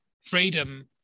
freedom